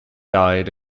died